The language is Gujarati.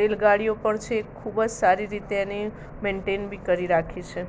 રેલગાડીઓ પણ છે એ ખૂબજ સારી રીતે એની મેન્ટેન બી કરી રાખી છે